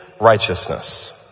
Righteousness